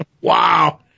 Wow